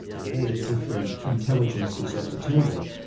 all these different intelligences at the table,